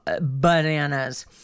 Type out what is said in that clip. bananas